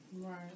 right